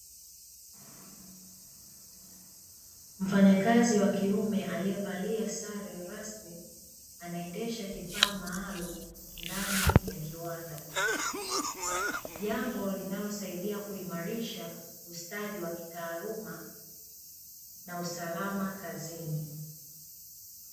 Mfanyakazi wa kiume aliyevalia sare rasmi, anaendesha kifaa maalumu ndani ya kiwanda. Jambo linalosaidia kuimarisha ustadi wa kitaaluma na usalama kazini.